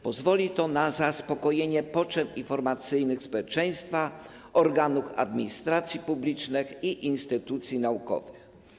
Pozwoli to na zaspokojenie potrzeb informacyjnych społeczeństwa, organów administracji publicznej i instytucji naukowych.